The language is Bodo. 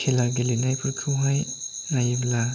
खेला गेलेनायफोरखौहाय हायोब्ला